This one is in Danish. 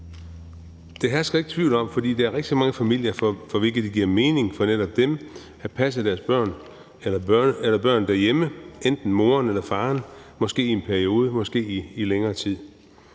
Der hersker ikke tvivl om, at det for rigtig mange familier giver mening, for netop dem, at passe deres børn derhjemme, enten af moren eller faren, måske i en periode, måske i længere tid.